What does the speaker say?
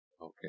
Okay